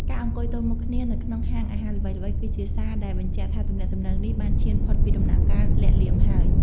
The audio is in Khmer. ការអង្គុយទល់មុខគ្នានៅក្នុងហាងអាហារល្បីៗ គឺជាសារដែលបញ្ជាក់ថាទំនាក់ទំនងនេះបានឈានផុតពីដំណាក់កាលលាក់លៀមហើយ។